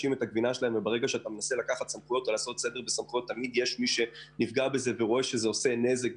לקחת סדר אז תמיד יש מי שנפגע ומתנגד.